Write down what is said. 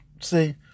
See